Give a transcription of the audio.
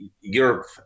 Europe